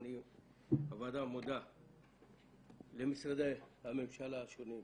הוועדה מודה למשרדי הממשלה השונים,